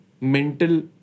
mental